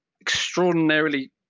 extraordinarily